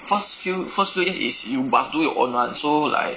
cause few first few year is you must do your own [one] so like